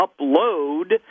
upload